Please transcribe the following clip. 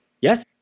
Yes